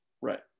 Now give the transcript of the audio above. Right